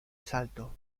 salto